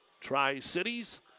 Tri-Cities